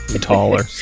Taller